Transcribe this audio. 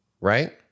Right